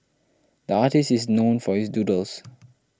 the artist is known for his doodles